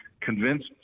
convinced